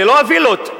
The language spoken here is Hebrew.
לא הווילות,